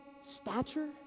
stature